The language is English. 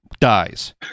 dies